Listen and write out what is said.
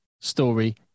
story